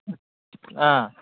ꯑꯥ